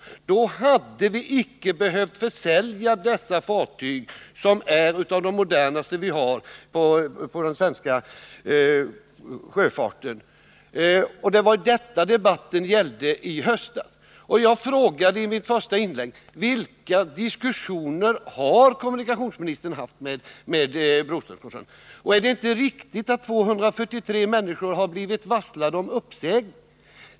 Om detta skett hade vi icke behövt försälja dessa fartyg, som hör till de modernaste inom den svenska sjöfarten. Det var detta debatten gällde i höstas. Jag frågade i mitt första inlägg: Vilka diskussioner har kommunikationsministern haft med Broströmskoncernen? Är det inte riktigt att 243 människor har blivit varslade om uppsägning?